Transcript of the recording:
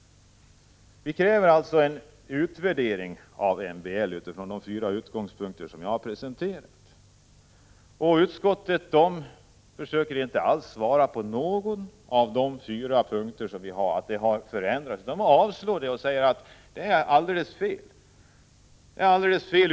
Vi kräver alltså en utvärdering av MBL med utgång från de fyra punkter jag har presenterat. Utskottet gör inga försök att svara när vi säger att det har skett förändringar på fyra punkter utan avfärdar detta och menar att det är alldeles fel.